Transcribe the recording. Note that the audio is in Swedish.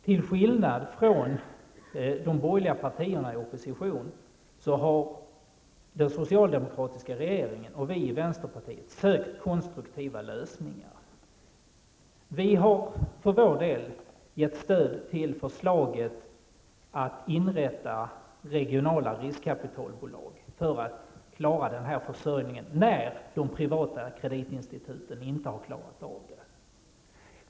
Till skillnad från de borgerliga parterierna i opposition, har den socialdemokratiska regeringen och vi i vänsterpartiet sökt konstruktiva lösningar. Vi har för vår del gett stöd till förslaget att inrätta regionala riskkapitalbolag för att klara försörjningen när de privata kreditinstituten inte har klarat det.